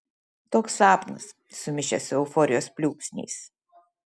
toks sapnas sumišęs su euforijos pliūpsniais